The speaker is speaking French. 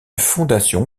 fondation